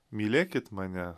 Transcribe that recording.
mylėkit mane